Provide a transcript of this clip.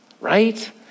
right